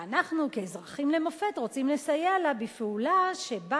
ואנחנו כאזרחים למופת רוצים לסייע לה בפעולה שבה